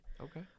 Okay